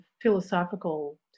philosophical